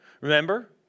Remember